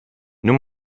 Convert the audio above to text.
nur